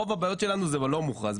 רוב הבעיות שלנו הן בלא-מוכרזים,